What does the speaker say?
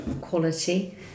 quality